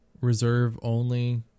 reserve-only